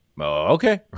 Okay